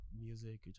music